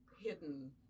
hidden